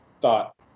thought